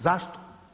Zašto?